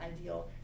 ideal